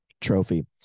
trophy